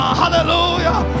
hallelujah